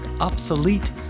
obsolete